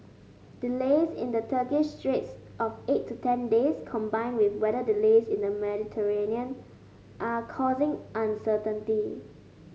delays in the Turkish straits of eight to ten days combined with weather delays in the Mediterranean are causing uncertainty